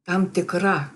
tam tikra